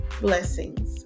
Blessings